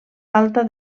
alta